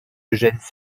eugène